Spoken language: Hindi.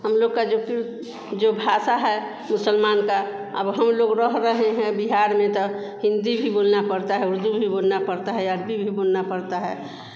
हम लोग की जो जो भाषा है मुसलमान की अब हम लोग रह रहे हैं बिहार में तो हिंदी भी बोलना पड़ता है उर्दू भी बोलना पड़ता है अरबी भी बोलना पड़ता है